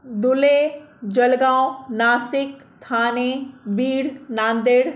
Dhule Jalgaon Nashik Thane Beed Nanded